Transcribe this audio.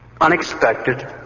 Unexpected